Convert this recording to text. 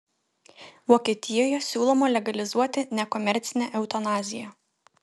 vokietijoje siūloma legalizuoti nekomercinę eutanaziją